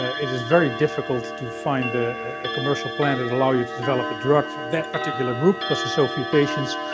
it is very difficult to find ah a commercial plant that will allow you to develop a drug for that particular group, because it's so few patients.